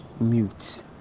mute